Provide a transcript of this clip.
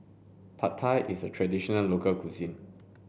Pad Thai is a traditional local cuisine